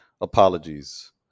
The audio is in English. Apologies